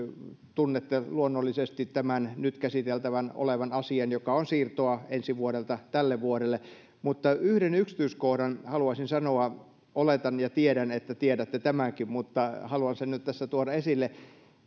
tunnette luonnollisesti tämän nyt käsiteltävänä olevan asian joka on siirtoa ensi vuodelta tälle vuodelle mutta yhden yksityiskohdan haluaisin sanoa oletan ja tiedän että tiedätte tämänkin mutta haluan sen nyt tässä tuoda esille